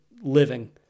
living